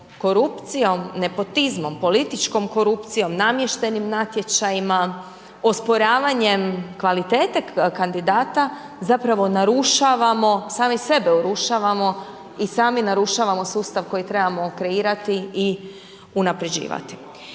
korupcijom, nepotizmom, političkom korupcijom, namještenim natječajima, osporavanjem kvalitete kandidata, zapravo narušavamo, sami sebe urušavamo i sami narušavamo sustav koji trebamo kreirati i unapređivati.